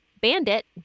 bandit